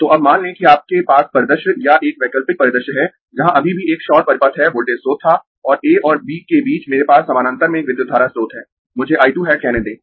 तो अब मान लें कि आपके पास परिदृश्य या एक वैकल्पिक परिदृश्य है जहां अभी भी एक शॉर्ट परिपथ है वोल्टेज स्रोत था और a और b के बीच मेरे पास समानांतर में एक विद्युत धारा स्रोत है मुझे I 2 हैट कहने दें